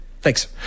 Thanks